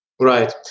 Right